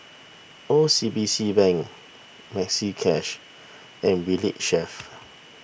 O C B C Bank Maxi Cash and Valley Chef